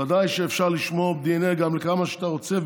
ודאי שאפשר לשמור דנ"א כמה שאתה רוצה,